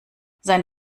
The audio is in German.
sein